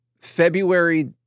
February